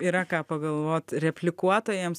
yra ką pagalvot replikuotojams